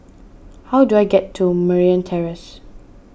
how do I get to Merryn Terrace